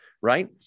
right